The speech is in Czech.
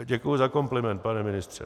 Děkuji za kompliment, pane ministře.